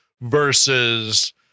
versus